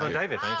um david.